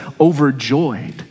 overjoyed